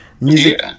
music